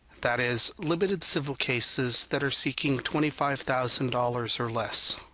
that is, limited civil cases that are seeking twenty five thousand dollars or less.